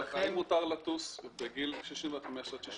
האם מותר לטוס בגיל 65 עד 67